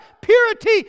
purity